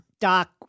Doc